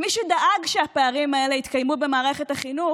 מי שדאג שהפערים האלה יתקיימו במערכת החינוך,